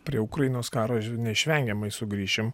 prie ukrainos karo neišvengiamai sugrįšim